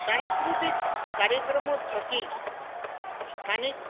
સાંસ્કૃતિક કાર્યક્રમો થકી જ સ્થાનિક